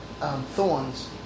thorns